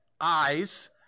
eyes